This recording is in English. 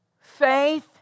Faith